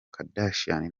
kardashian